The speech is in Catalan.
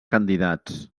candidats